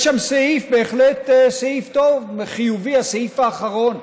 יש שם סעיף, בהחלט סעיף טוב, חיובי, הסעיף האחרון.